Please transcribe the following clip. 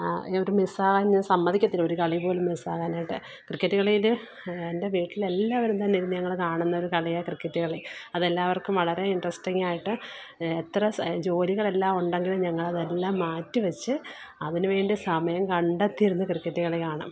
ആ ഞാന് ഒര് മിസ്സാവാൻ ഞാൻ സമ്മതിക്കത്തില്ല ഒര് കളി പോലും മിസ്സാകാനായിട്ട് ക്രിക്കറ്റ് കളിയില് എൻ്റെ വീട്ടിൽ എല്ലാവരും തന്നെ ഇരുന്ന് ഞങ്ങള് കാണുന്ന ഒരു കളിയാണ് ക്രിക്കറ്റ് കളി അത് എല്ലാവർക്കും വളരെ ഇൻട്രസ്റ്റിങ്ങായിട്ട് എത്ര ജോലികളെല്ലാം ഉണ്ടെങ്കിലും ഞങ്ങളതെല്ലാം മാറ്റി വെച്ച് അതിന് വേണ്ടി സമയം കണ്ടെത്തിയിരുന്നു ക്രിക്കറ്റ് കളി കാണും